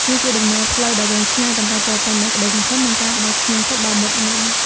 វាជាដំណើរផ្លូវដ៏វែងឆ្ងាយ ប៉ុន្តែពោរពេញដោយក្តីសង្ឃឹម និងការប្តេជ្ញាចិត្តដ៏មុតមាំ។